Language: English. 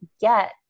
get